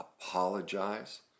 apologize